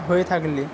হয়ে থাকলে